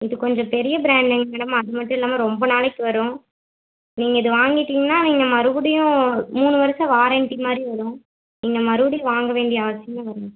இது கொஞ்சம் பெரிய ப்ராண்ட் இல்லைங்க மேடம் அது மட்டும் இல்லாமல் ரொம்ப நாளைக்கு வரும் நீங்கள் இது வாங்கிட்டிங்கன்னா நீங்கள் மறுபடியும் மூணு வருஷம் வாரண்ட்டி மாதிரி வரும் நீங்கள் மறுபடியும் வாங்க வேண்டிய அவசியமே வராது